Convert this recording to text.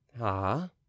Ah